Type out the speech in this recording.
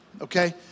Okay